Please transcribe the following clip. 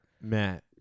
Matt